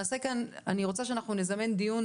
אני רוצה שנזמן דיון,